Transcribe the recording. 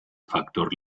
factor